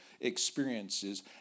experiences